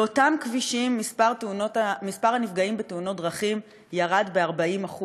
באותם כבישים מספר הנפגעים בתאונות דרכים ירד ב-40%.